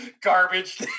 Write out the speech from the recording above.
garbage